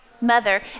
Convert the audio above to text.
mother